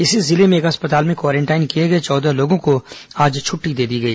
इसी जिले में एक अस्पताल में क्वारेंटाइन किए गए चौदह लोगों को आज छुट्टी दे दी गई